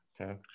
Okay